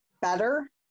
better